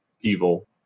evil